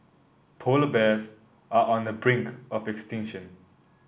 polar bears are on the brink of extinction